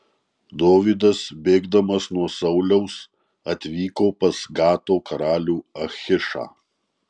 dovydas bėgdamas nuo sauliaus atvyko pas gato karalių achišą